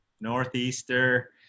Northeaster